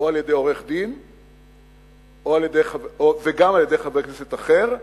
על-ידי עורך-דין וגם על-ידי חבר כנסת אחר,